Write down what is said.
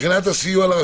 מבחינת הסיוע?